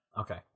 Okay